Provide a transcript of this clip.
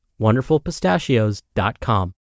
wonderfulpistachios.com